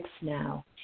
now